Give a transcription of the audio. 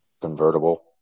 convertible